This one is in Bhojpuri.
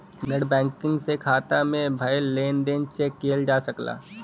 नेटबैंकिंग से खाता में भयल लेन देन चेक किहल जा सकला